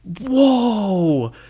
whoa